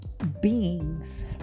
beings